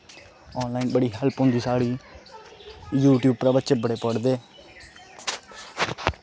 online बड़ी help होंदी साढ़ी यूट्यूब उप्पर बच्चे बड़े पढ़दे